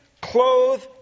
clothe